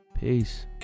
peace